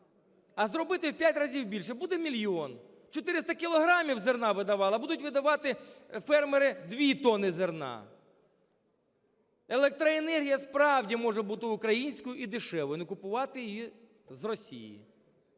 а зробити в 5 разів більше, буде мільйон. 400 кілограмів зерна видавали, а будуть видавати фермери 2 тонни зерна. Електроенергія справді може бути українською і дешевою, но купувати її з Росії.